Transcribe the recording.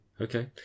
Okay